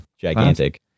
gigantic